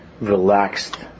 relaxed